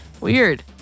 Weird